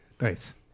Nice